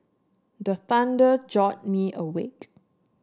the thunder jolt me awake